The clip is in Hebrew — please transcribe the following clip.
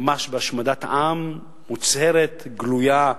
ממש בהשמדת עם מוצהרת, גלויה,